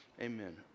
amen